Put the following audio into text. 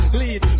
lead